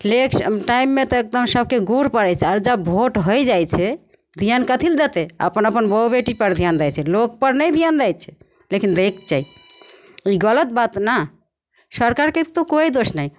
लैके टाइममे तऽ एकदम सभके गोड़ पड़ै छै आओर जब भोट होइ जाइ छै धिआन कथी ले देतै अपन अपन बहु बेटीपर धिआन दै छै लोकपर नहि धिआन दै छै लेकिन दैके चाही ई गलत बात ने सरकारके तऽ कोइ दोस नहि